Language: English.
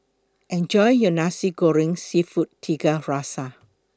Enjoy your Nasi Goreng Seafood Tiga Rasa